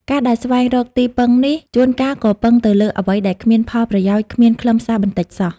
ការដែលស្វែងរកទីពឹងនេះ ជួនកាលក៏ពឹងទៅលើអ្វីដែលគ្មានផលប្រយោជន៍គ្មានខ្លឹមសារបន្តិចសោះ ។